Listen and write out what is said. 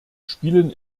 spielen